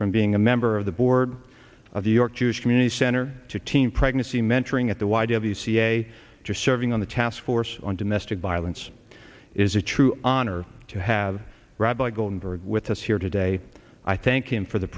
from being a member of the board of york jewish community center to teen pregnancy mentoring at the y w ca just serving on the task force on domestic violence is a true honor to have rabbi goldberg with us here today i thank him for the